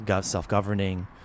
self-governing